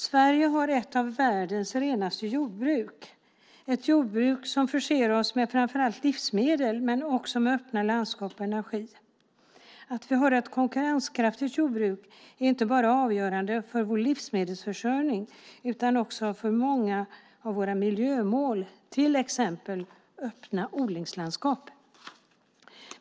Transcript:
Sverige har ett av världens renaste jordbruk - ett jordbruk som förser oss med framför allt livsmedel, men också med öppna landskap och energi. Att vi har ett konkurrenskraftigt jordbruk är inte bara avgörande för vår livsmedelsförsörjning utan också för många av våra miljömål, till exempel öppna odlingslandskap.